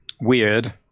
weird